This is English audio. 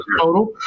total